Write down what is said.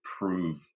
prove